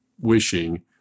wishing